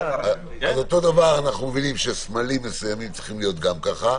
אותו דבר אנחנו מבינים שסמלים מסוימים צריכים להיות גם ככה,